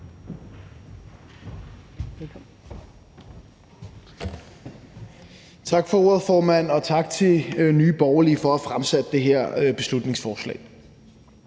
Tak, formand, og tak til Nye Borgerlige for at fremsætte det her beslutningsforslag.